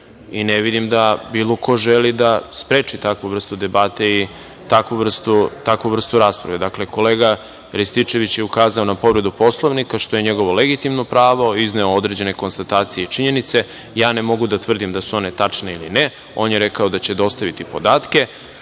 i ne vidim da bilo ko želi da spreči takvu vrstu debate i takvu vrstu rasprave. Dakle, kolega Rističević je ukazao na povredu Poslovnika što je njegovo legitimno pravo, izneo određene konstatacije i činjenice i ja ne mogu da tvrdim da su one tačne ili ne. On je rekao da će dostaviti podatke. Na